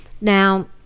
Now